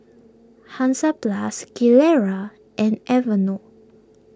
Hansaplast Gilera and Aveeno